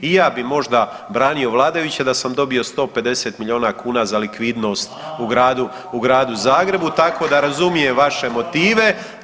I ja bih možda branio vladajuće da sam dobio 150 milijuna kuna za likvidnost u gradu Zagrebu, tako da razumijem vaše motive.